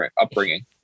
upbringing